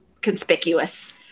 conspicuous